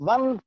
One